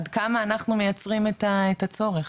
עד כמה אנחנו מייצרים את הצורך,